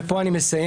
ופה אני מסיים,